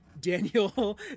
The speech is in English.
Daniel